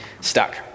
stuck